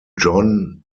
john